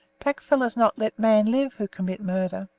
blackfellow not let man live who committed murder.